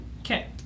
Okay